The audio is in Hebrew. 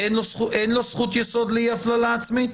אין לו זכות יסוד לאי הפללה עצמית?